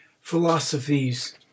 philosophies